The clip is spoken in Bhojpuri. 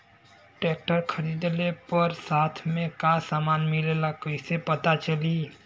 ट्रैक्टर खरीदले पर साथ में का समान मिलेला कईसे पता चली?